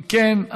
אם כן,